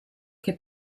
che